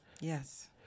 Yes